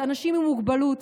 אנשים עם מוגבלות,